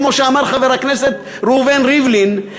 כמו שאמר חבר הכנסת ראובן ריבלין,